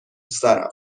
سرم